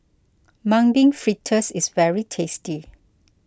Mung Bean Fritters is very tasty